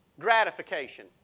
gratification